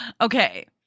Okay